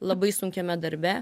labai sunkiame darbe